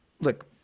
look